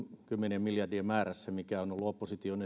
kymmenien miljardien määrässä mitä on ollut opposition